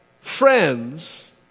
friends